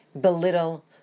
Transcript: belittle